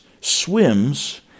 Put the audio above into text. swims